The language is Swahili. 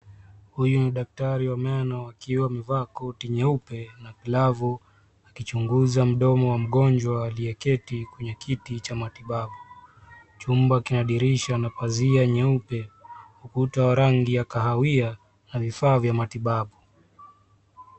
Huyu ni daktari wa meno akiwa amevaa koti nyeupe na glovu akichunguza mdomo wa mgonjwa aliyeketi kwenye kiti cha matibabu. Chumba kina dirisha na pazia nyeupe, ukuta wa rangi ya kahawia na vifaa vya matibabu.